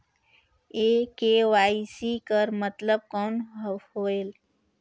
ये के.वाई.सी कर मतलब कौन होएल?